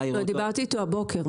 דיברתי אתו הבוקר,